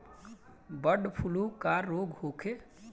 Bird flu का रोग होखे?